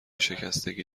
شکستگی